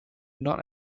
not